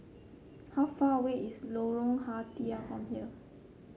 how far away is Lorong Ah Thia from here